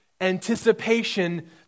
Anticipation